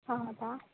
ಹೌದಾ